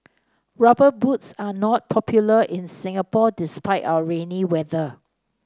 rubber boots are not popular in Singapore despite our rainy weather